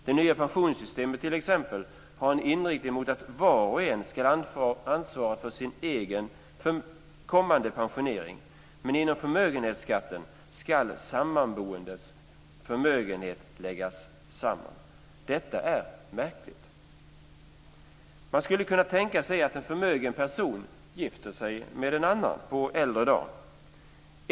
Det nya pensionssystemet t.ex. har en inriktning mot att var och en ska ansvara för sin egen kommande pensionering. Men inom förmögenhetsskatten ska sammanboendes förmögenhet läggas samman. Detta är märkligt. Man skulle kunna tänka sig att en förmögen person gifter sig med en annan på äldre dar.